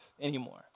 anymore